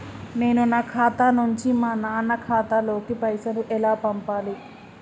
నేను నా ఖాతా నుంచి మా నాన్న ఖాతా లోకి పైసలు ఎలా పంపాలి?